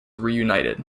reunited